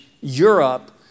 Europe